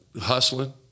hustling